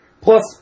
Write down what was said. plus